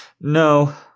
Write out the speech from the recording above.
No